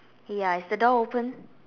ya is the door open